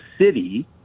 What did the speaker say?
city